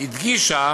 הדגישה